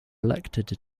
elected